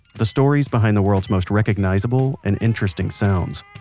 the stories behind the world's most recognizable and interesting sounds.